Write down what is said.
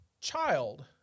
child